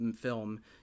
film